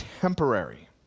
temporary